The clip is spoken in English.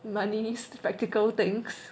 my needs practical things